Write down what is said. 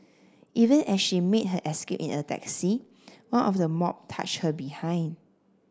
even as she made her escape in a taxi one of the mob touched her behind